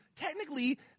Technically